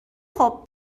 خوب